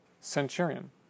centurion